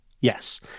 Yes